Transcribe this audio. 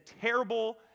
terrible